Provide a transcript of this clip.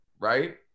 Right